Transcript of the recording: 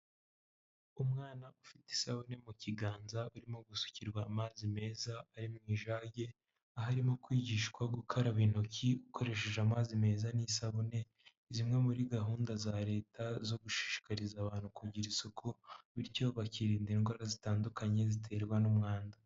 Umwana ufite isabune mu kiganza urimo gusukirwa amazi meza ari mujage, aharimo kwigishwa gukaraba intoki ukoresheje amazi meza n'isabune, zimwe muri gahunda za leta zo gushishikariza abantu kugira isuku bityo bakirinda indwara zitandukanye ziterwa n'umwanda.